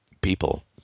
people